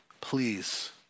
please